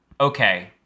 okay